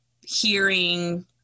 hearing